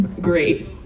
Great